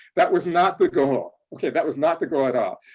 that was not the goal. okay, that was not the goal at all.